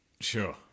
Sure